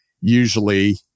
usually